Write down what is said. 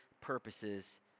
purposes